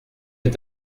est